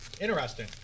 Interesting